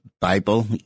Bible